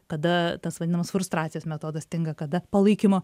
kada tas vadinamas frustracijos metodas tinka kada palaikymo